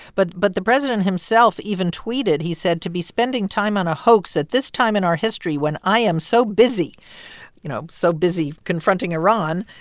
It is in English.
but but the president himself even tweeted he said, to be spending time on a hoax at this time in our history when i am so busy you know, so busy confronting iran,